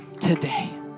today